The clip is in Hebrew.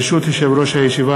ברשות יושב-ראש הישיבה,